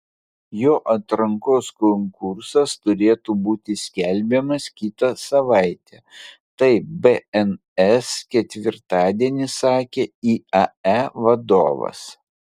jo atrankos konkursas turėtų būti skelbiamas kitą savaitę taip bns ketvirtadienį sakė iae vadovas